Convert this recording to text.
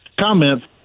comment